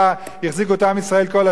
החזיקו את עם ישראל כל השנים,